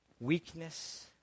weakness